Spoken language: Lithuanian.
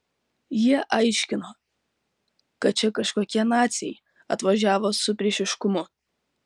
jie aiškino kad čia kažkokie naciai atvažiavo su priešiškumu